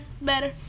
better